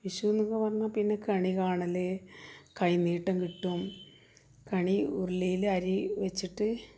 വിഷു എന്നൊക്കെ പറഞ്ഞാല്പ്പിന്നെ കണി കാണല് കൈനീട്ടങ്കിട്ടും കണി ഉരുളിയില് അരി വെച്ചിട്ട്